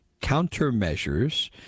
countermeasures